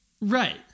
Right